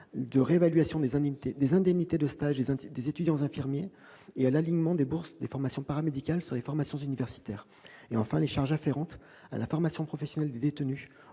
la réévaluation des indemnités de stage des étudiants infirmiers, à l'alignement des bourses des formations paramédicales sur celles des formations universitaires et à la formation professionnelle des détenus